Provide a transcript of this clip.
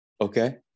Okay